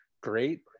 great